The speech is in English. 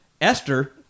Esther